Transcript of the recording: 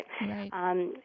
right